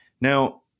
Now